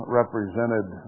represented